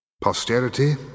Posterity